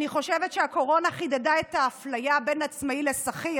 אני חושבת שהקורונה חידדה את האפליה בין עצמאי לשכיר,